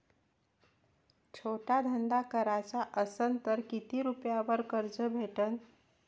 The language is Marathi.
छोटा धंदा कराचा असन तर किती रुप्यावर कर्ज भेटन?